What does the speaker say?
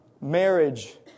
marriage